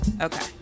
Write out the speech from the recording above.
Okay